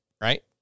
Right